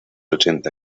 ochenta